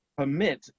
permit